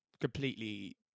completely